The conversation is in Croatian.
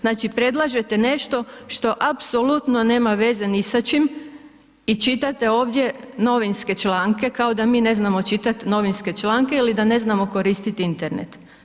Znači predlažete nešto što apsolutno nema veze ni sa čim i čitate ovdje novinske članke, kao da mi ne znamo čitati novinske članke ili da ne znamo koristiti internet.